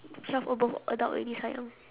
twelve above adult already sayang